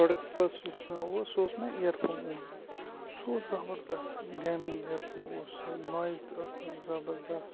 product first یُس مےٚ اوس سُہ اوس مےٚ اِیر فون اوٚنمُت سُہ اوس زَبَردَست گیمِنٛگ ایر فون اوس سُہ نوٚیِز تہِ ٲسۍ تَتھ زَبَردَست